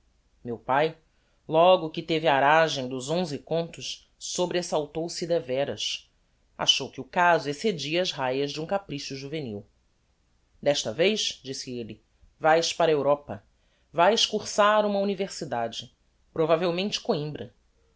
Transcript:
meu pae logo que teve aragem dos onze contos sobresaltou se devéras achou que o caso excedia as raias de um capricho juvenil desta vez disse elle vaes para a europa vaes cursar uma universidade provavelmente coimbra